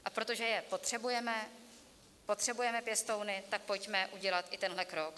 A protože je potřebujeme, potřebujeme pěstouny, tak pojďme udělat i tenhle krok.